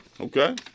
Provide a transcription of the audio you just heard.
okay